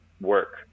work